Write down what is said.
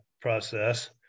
process